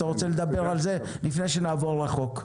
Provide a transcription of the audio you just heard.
לפני שנעבור לחוק אתה רוצה לדבר על זה?